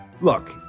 Look